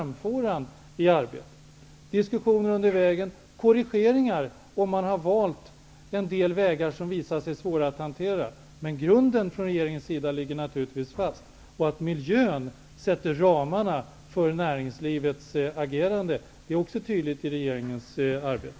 Det kommer att föras diskussioner under vägen och att göras korrigeringar, om man har valt en del vägar som visar sig svåra att hantera, men grunden ligger naturligtvis fast från regeringens sida. Det är i regeringens arbete också tydligt att miljön sätter ramarna för näringslivets agerande.